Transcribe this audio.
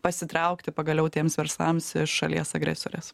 pasitraukti pagaliau tiems verslams iš šalies agresorės